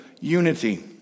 unity